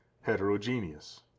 heterogeneous